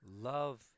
love